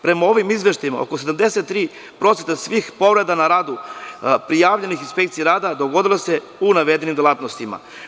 Prema ovim izveštajima oko 83% svih povreda na radu prijavljenih Inspekciji rada, dogodile su se u navedenim delatnostima.